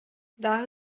дагы